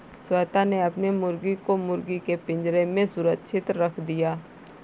श्वेता ने अपनी मुर्गी को मुर्गी के पिंजरे में सुरक्षित रख दिया